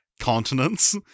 continents